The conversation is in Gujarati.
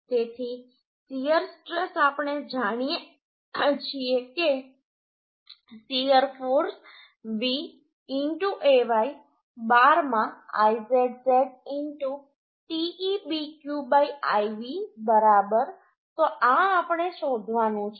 તેથી શીયર સ્ટ્રેસ આપણે જાણીએ છીએ કે શીયર ફોર્સ V Ay બારમાં Izz te bq iv બરાબર તો આ આપણે શોધવાનું છે